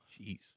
Jeez